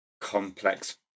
complex